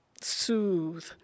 soothe